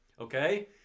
okay